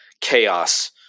chaos